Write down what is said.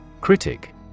Critic